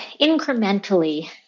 Incrementally